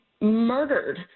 murdered